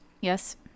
yes